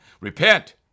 Repent